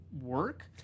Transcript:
work